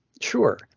Sure